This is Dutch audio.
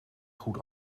goed